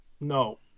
no